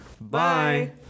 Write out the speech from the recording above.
Bye